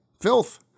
filth